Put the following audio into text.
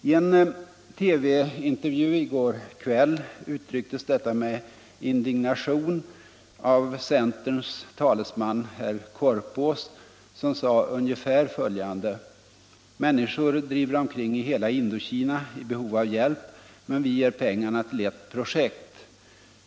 I en TV-intervju i går kväll uttrycktes detta med indignation av centerns talesman herr Korpås, som sade ungefär följande: Människor driver omkring i hela Indokina i behov av hjälp, men vi ger pengarna till er projekt.